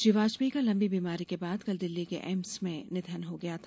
श्री वाजपेयी का लम्बी बीमारी के बाद कल दिल्ली के एम्स में निधन हो गया था